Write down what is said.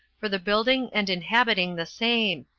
for the building and inhabiting the same,